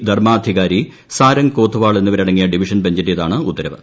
ധർമ്മാധികാരി സാരംഗ് കോത്ത്വാൾ എന്നിവരടങ്ങിയ ഡിവിഷൻ ബഞ്ചിന്റേതാണ് ഉത്തരവ്